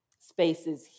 spaces